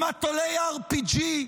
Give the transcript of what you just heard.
עם מטולי RPG,